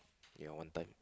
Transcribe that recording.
ya one time